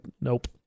nope